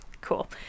cool